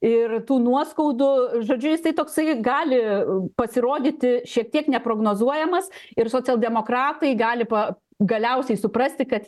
ir tų nuoskaudų žodžiu jisai toksai gali pasirodyti šiek tiek neprognozuojamas ir socialdemokratai gali pa galiausiai suprasti kad